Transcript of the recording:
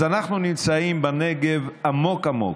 אז אנחנו נמצאים בנגב עמוק עמוק,